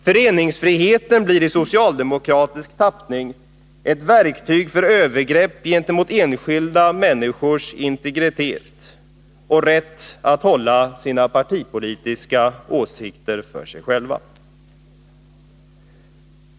Föreningsfriheten blir i socialdemokratisk tappning ett verktyg för övergrepp gentemot enskilda människors integritet och rätt att hålla sina partipolitiska åsikter för sig själva.